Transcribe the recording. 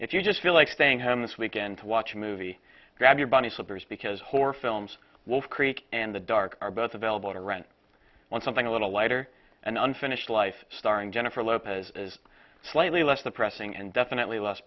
you just feel like staying home this weekend to watch a movie grab your bunny slippers because horror films wolf creek and the dark are both available to rent on something a little lighter an unfinished life starring jennifer lopez is slightly less the pressing and definitely less